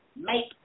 make